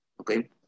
okay